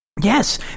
Yes